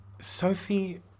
Sophie